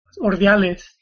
Ordiales